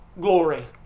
glory